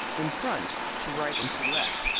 in front, to right and to left,